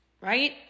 right